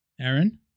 Aaron